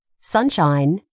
sunshine